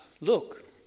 look